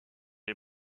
est